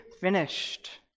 finished